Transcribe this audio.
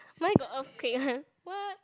mine got earthquake one what